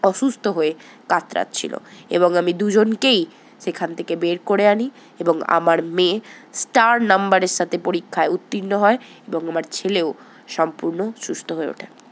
অসুস্থ হয়ে কাতরাচ্ছিলো এবং আমি দুজনকেই সেখান থেকে বের করে আনি এবং আমার মেয়ে স্টার নাম্বারের সাথে পরীক্ষায় উত্তীর্ণ হয় এবং আমার ছেলেও সম্পূর্ণ সুস্থ হয়ে ওঠে